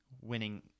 winning